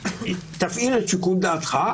תפעיל את שיקול דעתך,